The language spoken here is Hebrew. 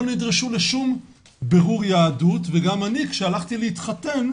נדרשו לשום בירור יהדות וגם אני כשהלכתי להתחתן,